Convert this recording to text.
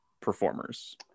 performers